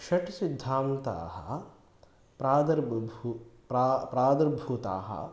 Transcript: षट् सिद्धान्ताः प्रादर्भूताः प्रादुर्भूताः